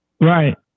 Right